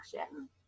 action